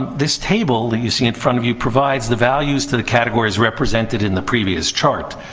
this table that you see in front of you provides the values to the categories represented in the previous chart.